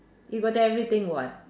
you got everything what